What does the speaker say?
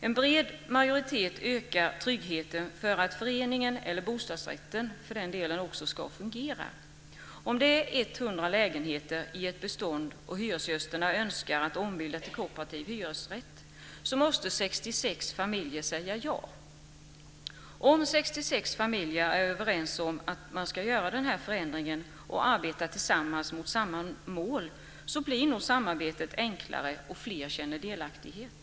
En bred majoritet ökar tryggheten för att föreningen, eller för den delen också bostadsrätten, ska fungera. Om det är 100 lägenheter i ett bestånd och hyresgästerna önskar att ombilda till kooperativ hyresrätt måste 66 familjer säga ja. Om 66 familjer är överens om att göra den förändringen och arbeta tillsammans mot samma mål blir nog samarbetet enklare och fler känner delaktighet.